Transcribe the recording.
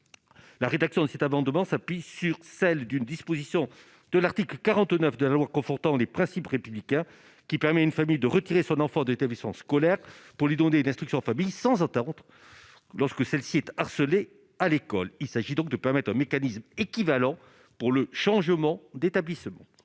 la rédaction de cet abondement s'appuie sur celle d'une disposition de l'article 49 de la loi, confortant les principes républicains qui permet à une famille de retirer son enfant d'établissements scolaires pour l'inonder l'instruction famille sans interrompre lorsque celle-ci est harcelé à l'école, il s'agit donc de permettre aux mécanismes équivalents pour le changement d'établissement.